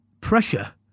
pressure